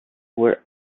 were